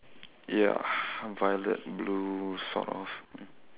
ya violet blue sort of